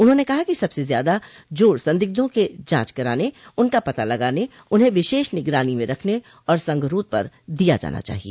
उन्होंने कहा कि सबसे ज्यादा जोर संदिग्धों के जाँच कराने उनका पता लगाने उन्हें विशेष निगरानी में रखनें और संघरोध पर दिया जाना चाहिए